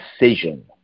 decision